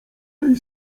tej